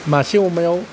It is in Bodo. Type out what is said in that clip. मासे अमायाव